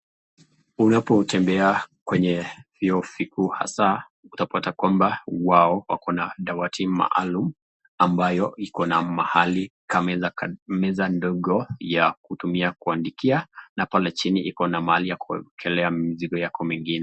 Unapotembea kwenye hio siku hasa utapata kwamba wao wakona dawati maalum ambayo ikona mahali meza ndogo ya kutumia kuandikia na pale chini ikona mahali pa kuwekelea mizigo yako mengine.